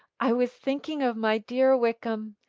i was thinking of my dear wickham.